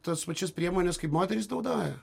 tas pačias priemones kaip moterys naudoja